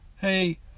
hey